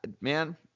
man